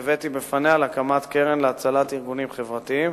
הקמת קרן להצלת ארגונים חברתיים,